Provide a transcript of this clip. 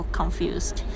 confused